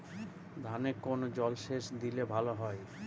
ধানে কোন জলসেচ দিলে ভাল হয়?